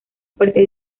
partir